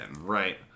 Right